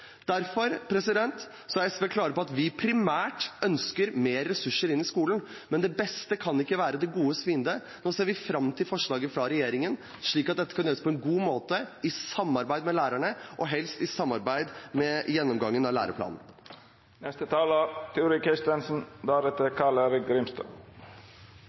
Derfor er SV klar på at vi primært ønsker mer ressurser inn i skolen, men det beste kan ikke være det godes fiende. Nå ser vi fram til forslaget fra regjeringen, slik at dette kan gjøres på en god måte – i samarbeid med lærerne og helst i samarbeid ved gjennomgangen av